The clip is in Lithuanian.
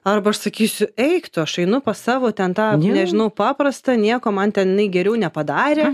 arba aš sakysiu eik tu aš einu pas savo ten tą nežinau paprastą nieko man ten jinai geriau nepadarė